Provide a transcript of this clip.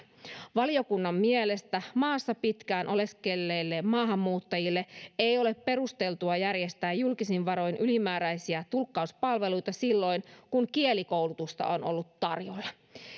valiokunnan mielestä maassa pitkään oleskelleille maahanmuuttajille ei ole perusteltua järjestää julkisin varoin ylimääräisiä tulkkauspalveluita silloin kun kielikoulutusta on ollut tarjolla